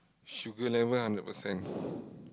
sugar level hundred percent